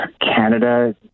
Canada